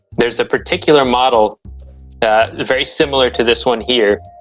there's a particular model very similar to this one here,